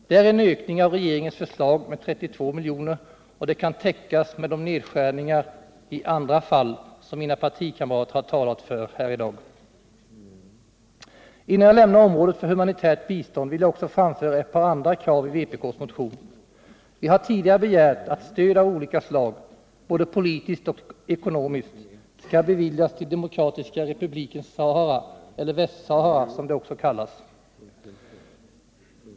Det är en ökning av regeringens förslag med 32 miljoner, och det kan täckas med de nedskärningar i andra fall som mina partikamrater har talat för här i dag. Innan jag lämnar området för humanitärt bistånd vill jag också framföra ett par andra krav i vpk:s motion. Vi har tidigare begärt att stöd av olika slag, både politiskt och ekonomiskt, skall beviljas till Demokratiska republiken Sahara, eller Västsahara som det också kallas.